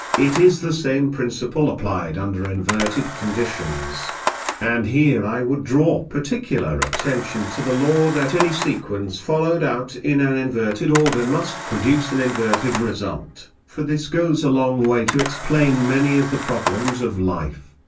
it is the same principle applied under inverted conditions and here i would draw particular attention to the law that any sequence followed out in an inverted order must produce an inverted result, for this goes a long way to explain many of the problems of life.